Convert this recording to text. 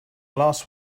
last